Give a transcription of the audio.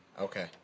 Okay